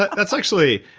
that's actually,